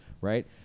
right